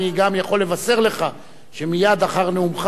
אני גם יכול לבשר לך שמייד אחר נאומך